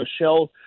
Michelle